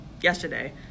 yesterday